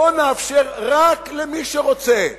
בואו ונאפשר רק למי שרוצה,